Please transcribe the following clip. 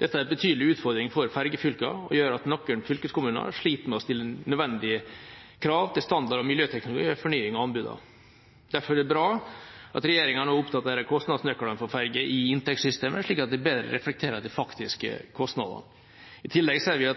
Dette er en betydelig utfordring for fergefylkene og gjør at noen fylkeskommuner sliter med å stille nødvendige krav til standard og miljøteknologi ved fornying av anbudene. Derfor er det bra at regjeringa nå oppdaterer kostnadsnøklene for ferge i inntektssystemet, slik at de bedre reflekterer de faktiske kostnadene. I tillegg ser vi